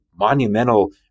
monumental